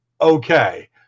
okay